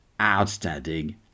outstanding